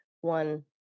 one